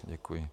Děkuji.